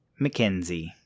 McKenzie